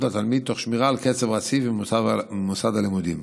לתלמיד תוך שמירה על קשר רציף עם מוסד הלימודים.